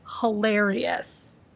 hilarious